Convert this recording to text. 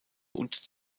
und